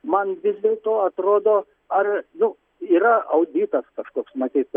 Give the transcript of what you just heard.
man vis dėlto atrodo ar nu yra auditas kažkoks matyt